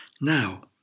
Now